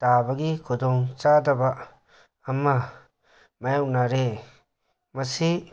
ꯇꯥꯕꯒꯤ ꯈꯨꯗꯣꯡ ꯆꯥꯗꯕ ꯑꯃ ꯃꯥꯏꯌꯣꯛꯅꯔꯦ ꯃꯁꯤ